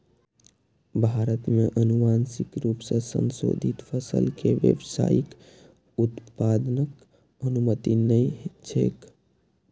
भारत मे आनुवांशिक रूप सं संशोधित फसल के व्यावसायिक उत्पादनक अनुमति नहि छैक